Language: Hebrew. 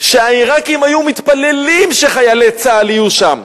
שהעירקים היו מתפללים שחיילי צה"ל יהיו שם.